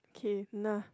K nah